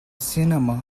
cinema